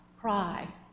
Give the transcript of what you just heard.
cry